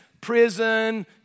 prison